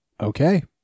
Okay